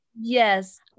yes